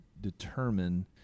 determine